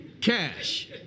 cash